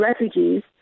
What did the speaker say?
refugees